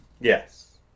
Yes